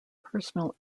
personal